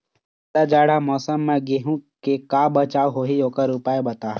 जादा जाड़ा मौसम म गेहूं के का बचाव होही ओकर उपाय बताहा?